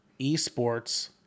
esports